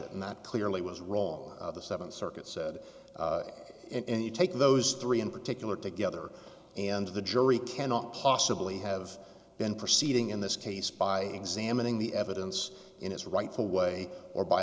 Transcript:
it and that clearly was roll of the seventh circuit said and you take those three in particular together and the jury cannot possibly have been proceeding in this case by examining the evidence in its rightful way or by